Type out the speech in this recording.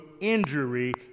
injury